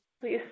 please